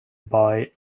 boy